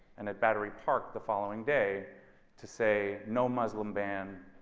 and at battery park the following day to say no muslim ban.